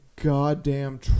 goddamn